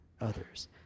others